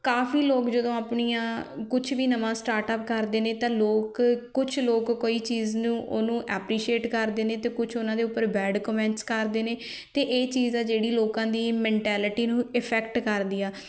ਕਾਫੀ ਲੋਕ ਜਦੋਂ ਆਪਣੀਆਂ ਕੁਛ ਵੀ ਨਵਾਂ ਸਟਾਰਟਅਪ ਕਰਦੇ ਨੇ ਤਾਂ ਲੋਕ ਕੁਛ ਲੋਕ ਕੋਈ ਚੀਜ਼ ਨੂੰ ਉਹਨੂੰ ਐਪਰੀਸ਼ੀਏਟ ਕਰਦੇ ਨੇ ਅਤੇ ਕੁਛ ਉਹਨਾਂ ਦੇ ਉੱਪਰ ਬੈਡ ਕਮੈਂਟਸ ਕਰਦੇ ਨੇ ਅਤੇ ਇਹ ਚੀਜ਼ ਆ ਜਿਹੜੀ ਲੋਕਾਂ ਦੀ ਮੈਂਟੈਲਿਟੀ ਨੂੰ ਇਫੈਕਟ ਕਰਦੀ ਆ